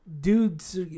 dude's